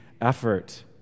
effort